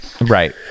right